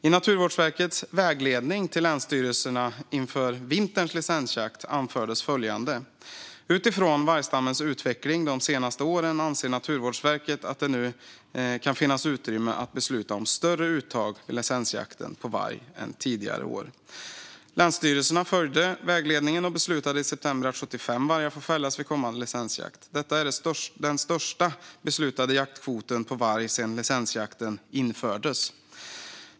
I Naturvårdsverkets vägledning till länsstyrelserna inför vinterns licensjakt anfördes följande: "Utifrån vargstammens utveckling de senaste åren anser Naturvårdsverket att det nu kan finnas utrymme att besluta om större uttag vid licensjakten på varg än tidigare år." Länsstyrelserna följde vägledningen och beslutade i september att 75 vargar får fällas vid kommande licensjakt. Detta är den största beslutade jaktkvoten på varg sedan licensjakten infördes.